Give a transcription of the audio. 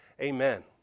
amen